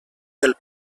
del